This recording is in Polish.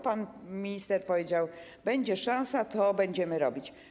Pan minister powiedział: będzie szansa, to będziemy robić.